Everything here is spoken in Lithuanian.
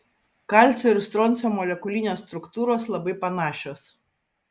kalcio ir stroncio molekulinės struktūros labai panašios